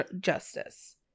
justice